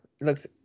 looks